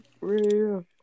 Real